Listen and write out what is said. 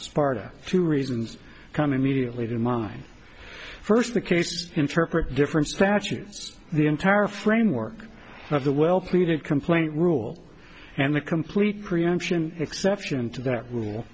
sparta two reasons come immediately to mind first the cases interpret different statutes the entire framework of the well pleaded complaint rule and the complete preemption exception to that